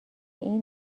این